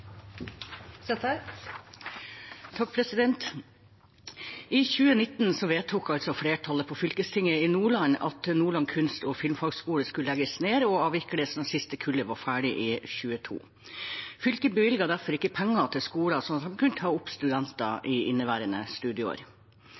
I 2019 vedtok flertallet på fylkestinget i Nordland at Nordland Kunst- og Filmfagskole skulle legges ned og avvikles når det siste kullet var ferdig i 2022. Fylket bevilget derfor ikke penger til skolen slik at de kunne ta opp studenter